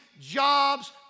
jobs